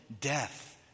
death